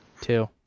two